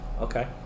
Okay